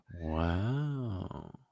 Wow